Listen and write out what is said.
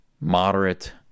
moderate